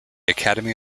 academy